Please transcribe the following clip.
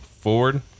Forward